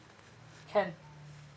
can